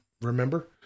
remember